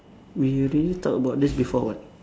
we already talk about this before what